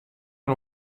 oan